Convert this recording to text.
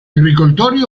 agricoltori